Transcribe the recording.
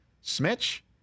Smitch